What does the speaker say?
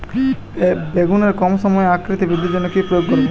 বেগুনের কম সময়ে আকৃতি বৃদ্ধির জন্য কি প্রয়োগ করব?